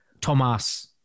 Tomas